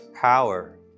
power